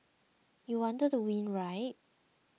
you wanted to win right